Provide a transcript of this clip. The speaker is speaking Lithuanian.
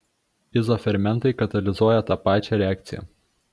izofermentai katalizuoja tą pačią reakciją